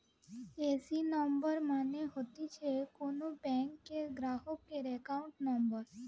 AC number মানে হতিছে কোন ব্যাংকের গ্রাহকের একাউন্ট নম্বর